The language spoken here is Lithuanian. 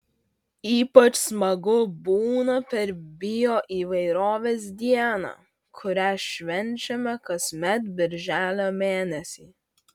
ypač smagu būna per bioįvairovės dieną kurią švenčiame kasmet birželio mėnesį